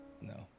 No